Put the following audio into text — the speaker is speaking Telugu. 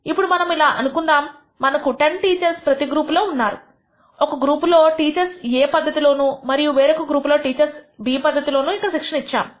ఇప్పుడు మనము ఇలా అనుకున్నాము మనకు 10 టీచర్స్ ప్రతి గ్రూపులో ఉన్నారు ఒక గ్రూపులో టీచర్స్ ను A పద్ధతిలోనూ మరియు వేరొక గ్రూపులో టీచర్ ను టీచర్స్ ను B పద్ధతిలోనూ ఇక్కడ శిక్షణ ఇచ్చాము